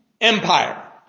empire